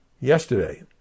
yesterday